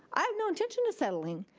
i have no intention of settling.